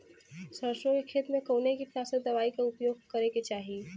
सरसों के खेत में कवने कीटनाशक दवाई क उपयोग करे के चाही?